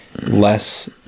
less